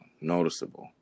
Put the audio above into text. noticeable